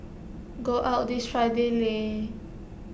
go out this Friday Lei